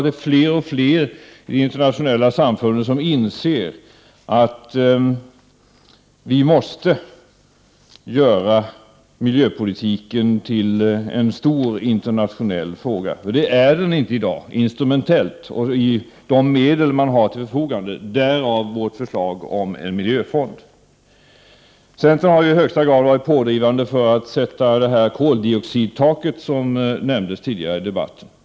Det är allt fler i internationella samfund som inser att vi måste göra miljöpolitiken till en stor internationell fråga. Det är den inte i dag instrumentellt, med tanke på de medel som står till förfogande — därav vårt förslag om en miljöfond. Centern har i allra högsta grad varit pådrivande för att sätta koldioxidtaket, som nämndes tidigare i debatten.